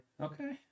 Okay